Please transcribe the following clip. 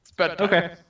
okay